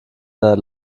seiner